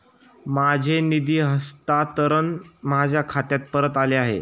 माझे निधी हस्तांतरण माझ्या खात्यात परत आले आहे